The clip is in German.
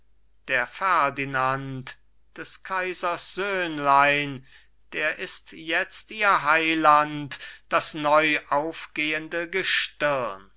der ferdinand des kaisers söhnlein der ist jetzt ihr heiland das neu aufgehende gestirn